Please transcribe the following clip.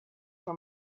for